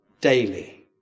daily